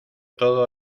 todo